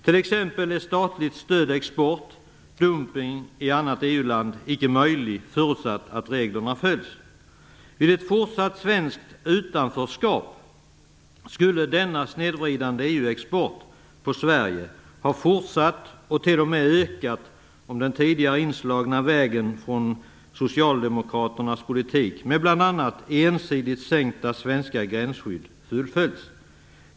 T.ex. är statligt stödd export, dumpning i annat EU-land, icke möjlig, förutsatt att reglerna följs. Vid ett fortsatt svenskt utanförskap skulle denna snedvridande EU-export på Sverige ha fortsatt och till och med ökat om man fortsatt på den väg man tidigare slagit in på genom socialdemokraternas politik med bl.a. ensidigt sänkta svenska gränsskydd.